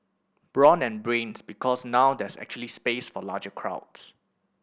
brawn and Brains Because now there's actually space for larger crowds